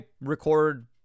record